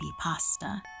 pasta